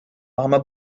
mama